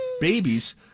babies